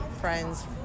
friends